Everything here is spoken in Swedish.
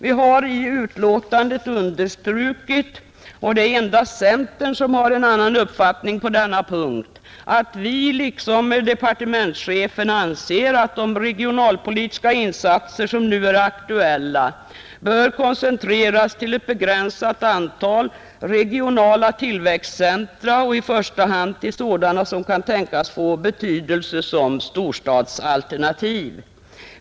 Vi har i betänkandet understrukit — endast centern har en annan uppfattning på denna punkt — att vi liksom departementschefen anser att de regionalpolitiska insatser som nu är aktuella bör koncentreras till ett begränsat antal regionala tillväxtcentra och i första hand till sådana som kan tänkas få betydelse som storstadsalternativ.